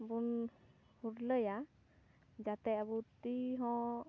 ᱵᱚᱱ ᱦᱩᱨᱞᱟᱹᱭᱟ ᱡᱟᱛᱮ ᱟᱵᱚ ᱛᱤ ᱦᱚᱸ